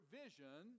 vision